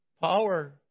power